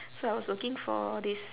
so I was working for this